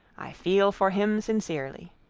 i feel for him sincerely.